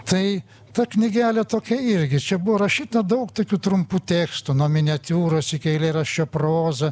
tai ta knygelė tokia irgi čia buvo rašyta daug tokių trumpų tekstų nuo miniatiūros iki eilėraščio proza